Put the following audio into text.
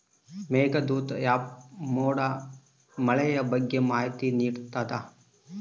Meghdoot app ಮೋಡ ಮಳೆಯ ಬಗ್ಗೆ ಮಾಹಿತಿ ನಿಡ್ತಾತ